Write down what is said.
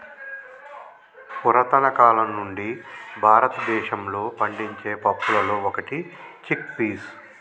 పురతన కాలం నుండి భారతదేశంలో పండించే పప్పులలో ఒకటి చిక్ పీస్